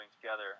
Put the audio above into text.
together